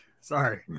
Sorry